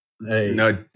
No